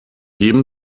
jedem